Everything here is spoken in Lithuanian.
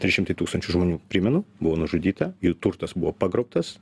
trys šimtai tūkstančių žmonių primenu buvo nužudyta jų turtas buvo pagrobtas